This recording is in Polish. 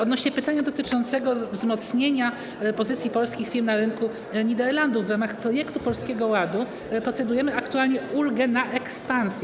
Odnośnie do pytania dotyczącego wzmocnienia pozycji polskich firm na rynku Niderlandów to w ramach Polskiego Ładu procedujemy aktualnie nad ulgą na ekspansję.